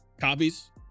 copies